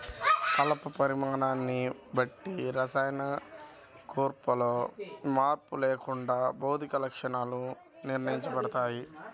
కలప పరిమాణాన్ని బట్టి రసాయన కూర్పులో మార్పు లేకుండా భౌతిక లక్షణాలు నిర్ణయించబడతాయి